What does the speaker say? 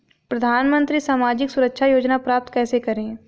प्रधानमंत्री सामाजिक सुरक्षा योजना प्राप्त कैसे करें?